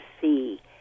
see